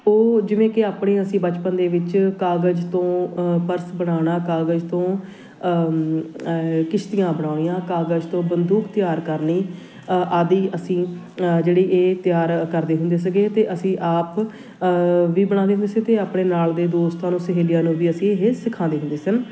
ਉਹ ਜਿਵੇਂ ਕਿ ਆਪਣੇ ਅਸੀਂ ਬਚਪਨ ਦੇ ਵਿੱਚ ਕਾਗਜ਼ ਤੋਂ ਪਰਸ ਬਣਾਉਣਾ ਕਾਗਜ਼ ਤੋਂ ਕਿਸ਼ਤੀਆਂ ਬਣਾਉਣੀਆਂ ਕਾਗਜ਼ ਤੋਂ ਬੰਦੂਕ ਤਿਆਰ ਕਰਨੀ ਆਦਿ ਅਸੀਂ ਜਿਹੜੀ ਇਹ ਤਿਆਰ ਕਰਦੇ ਹੁੰਦੇ ਸੀਗੇ ਅਤੇ ਅਸੀਂ ਆਪ ਵੀ ਬਣਾਉਂਦੇ ਹੁੰਦੇ ਸੀ ਅਤੇ ਆਪਣੇ ਨਾਲ ਦੇ ਦੋਸਤਾਂ ਨੂੰ ਸਹੇਲੀਆਂ ਨੂੰ ਵੀ ਅਸੀਂ ਇਹ ਸਿਖਾਉਂਦੇ ਹੁੰਦੇ ਸਨ